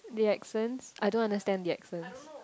the accents I don't understand the accents